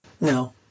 no